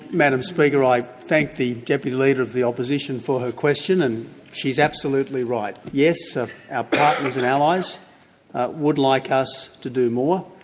madame speaker, i thank the deputy leader of the opposition for her question, and she is absolutely right, yes, our ah partners and allies would like us to do more,